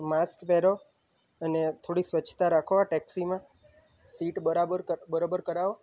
તો માસ્ક પહેરો અને થોડી સ્વસ્થતા રાખો આ ટેક્સીમાં સીટ બરાબર ક બરોબર કરાવો